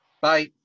Bye